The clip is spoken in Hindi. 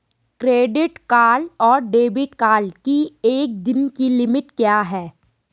क्रेडिट कार्ड और डेबिट कार्ड की एक दिन की लिमिट क्या है?